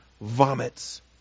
vomits